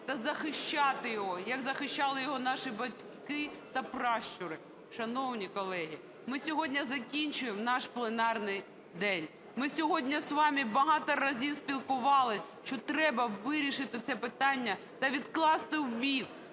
та захищати його, як захищали його наші батьки та пращури. Шановні колеги, ми сьогодні закінчуємо наш пленарний день. Ми сьогодні з вами багато разів спілкувалися, що треба вирішити це питання та відкласти вбік